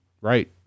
Right